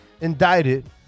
indicted